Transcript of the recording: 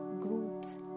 groups